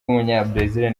w’umunyabrazil